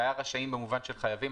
זה היה רשאים במובן של חייבים,